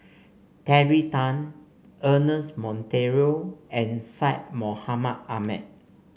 Terry Tan Ernest Monteiro and Syed Mohamed Ahmed